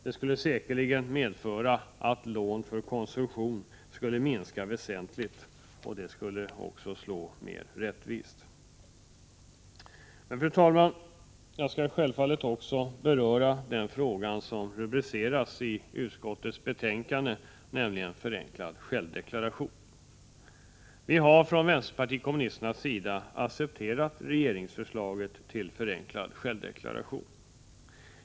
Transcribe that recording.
Det skulle säkerligen ha medfört att lån för konsumtion minskade väsentligt, och det skulle också ha slagit mer rättvist. Fru talman! Jag skall självfallet också beröra den fråga som står som rubrik till utskottets betänkande, nämligen förenklad självdeklaration. Vi har från vpk:s sida accepterat regeringsförslaget om förenklad självdeklaration.